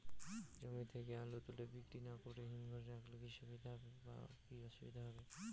জমি থেকে আলু তুলে বিক্রি না করে হিমঘরে রাখলে কী সুবিধা বা কী অসুবিধা হবে?